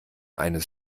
eines